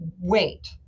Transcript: wait